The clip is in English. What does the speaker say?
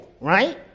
Right